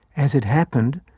as it happened,